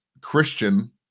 Christian